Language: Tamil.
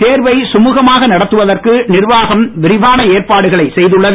தேர்வை சுழுகமாக நடத்துவதற்கு நிர்வாகம் விரிவான ஏற்பாடுகளை செய்துள்ளது